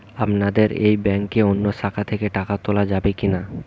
আপনাদের এই ব্যাংকের অন্য শাখা থেকে টাকা তোলা যাবে কি না?